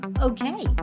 Okay